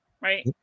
right